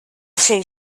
two